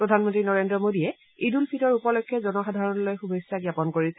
প্ৰধানমন্ত্ৰী নৰেন্দ্ৰ মোডীয়ে ঈদ উল ফিটৰ উপলক্ষে জনসাধাৰণৈল শুভেচ্ছা জাপন কৰিছে